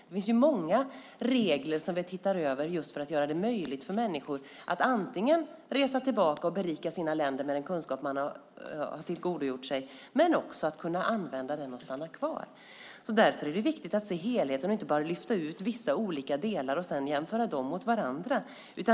Vi tittar över många regler för att göra det möjligt för människor att antingen resa tillbaka och berika sina länder med den kunskap man har tillgodogjort sig eller använda den när man stannar kvar. Därför är det viktigt att se helheten och inte bara lyfta ut vissa delar och jämföra dem med varandra.